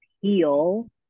heal